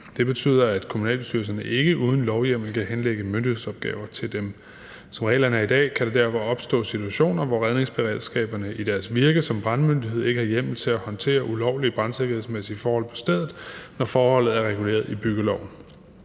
Det betyder, at kommunalbestyrelserne ikke uden lovhjemmel kan henlægge myndighedsopgaver til dem. Som reglerne er i dag, kan der derfor opstå situationer, hvor redningsberedskaberne i deres virke som brandmyndighed ikke har hjemmel til at håndtere ulovlige brandsikkerhedsmæssige forhold på stedet, når forholdet er reguleret i byggeloven.